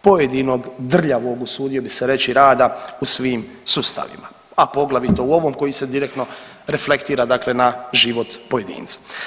pojedinog drljavog usudio bih se reći rada u svim sustavima, a poglavito u ovom koji se direktno reflektira, dakle na život pojedinca.